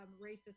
racist